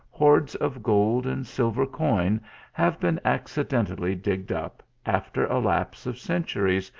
hoards of gold and silver coin have been accidentally digged up, after a lapse of centuries,